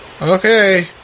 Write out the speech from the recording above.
Okay